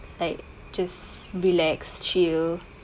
like just relax chill